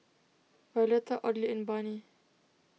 Violetta Audley and Barney